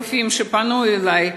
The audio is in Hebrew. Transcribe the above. רופאים שפנו אלי,